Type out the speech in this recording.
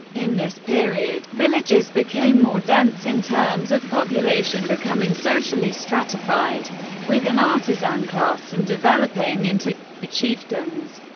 in this period, villages became more dense in terms of population, becoming socially stratified with an artisan class, and developing into chiefdoms.